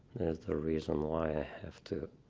the reason why i have to